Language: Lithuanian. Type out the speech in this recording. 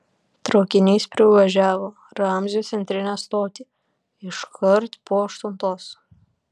traukinys privažiavo ramzio centrinę stotį iškart po aštuntos